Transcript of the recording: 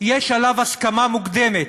יש עליו הסכמה מוקדמת,